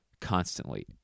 constantly